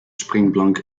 springplank